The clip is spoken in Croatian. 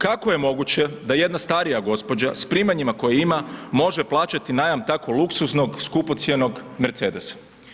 Kako je moguće da jedna starija gospođa sa primanjima koje ima može plaćati najam tako luksuznog, skupocjenog Mercedesa?